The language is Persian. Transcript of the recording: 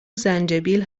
زنجبیل